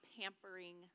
pampering